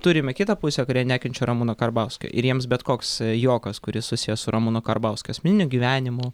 turime kitą pusę kurie nekenčia ramūno karbauskio ir jiems bet koks juokas kuris susijęs su ramūno karbauskio asmeniniu gyvenimu